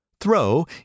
Throw